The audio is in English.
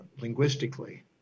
linguistically